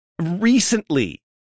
recently